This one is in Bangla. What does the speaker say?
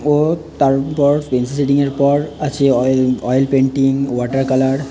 ও তারপর পেন্সিল শেডিংয়ের পর আছে oil oil painting water colour